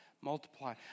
multiply